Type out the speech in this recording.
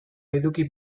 eduki